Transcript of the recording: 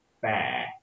fair